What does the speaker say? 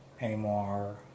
anymore